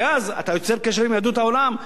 כי אז אתה יוצר קשר עם יהדות העולם,